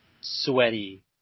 Sweaty